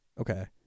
okay